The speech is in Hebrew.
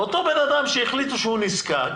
ואותו בן אדם שהחליטו שהוא נזקק